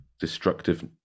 destructive